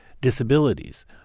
disabilities